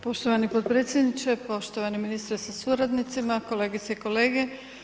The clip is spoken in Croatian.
Poštovani potpredsjedniče, poštovani ministre sa suradnicima, kolegice i kolege.